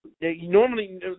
Normally